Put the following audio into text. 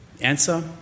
Answer